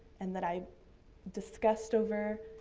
and that i discussed over,